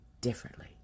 differently